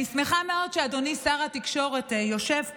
אני שמחה מאוד שאדוני שר התקשורת יושב כאן,